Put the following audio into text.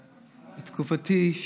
שבתקופתי,